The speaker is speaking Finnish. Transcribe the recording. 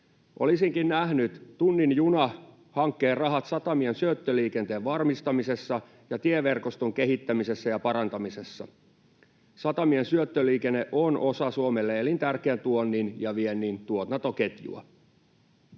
Olisinkin nähnyt tunnin juna ‑hankkeen rahat satamien syöttöliikenteen varmistamisessa ja tieverkoston kehittämisessä ja parantamisessa. Satamien syöttöliikenne on osa Suomelle elintärkeää tuonnin ja viennin tuotantoketjua.